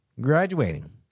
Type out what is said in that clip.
graduating